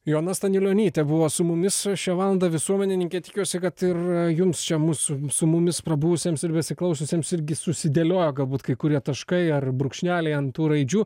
joana staniulionytė buvo su mumis šią valandą visuomenininkė tikiuosi kad ir jums čia mūsų su mumis prabuvusiems ir besiklausiusiems irgi susidėlioja galbūt kai kurie taškai ar brūkšneliai ant tų raidžių